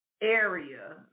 area